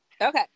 Okay